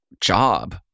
job